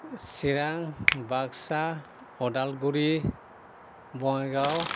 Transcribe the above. Chirang Baksa Udalguri Bongaigaon